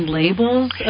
labels